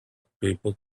people